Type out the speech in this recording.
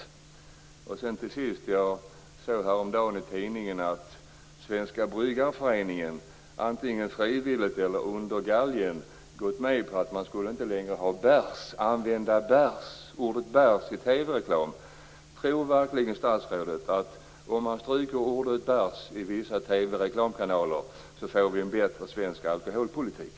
Häromdagen läste jag i tidningen att Svenska bryggareföreningen antingen frivilligt eller under galgen gått med på att man inte längre skulle använda ordet "bärs" i TV-reklam. Tror verkligen statsrådet att vi får en bättre svensk alkoholpolitik om ordet "bärs" stryks i vissa reklaminslag?